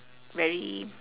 very